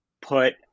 put